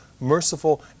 merciful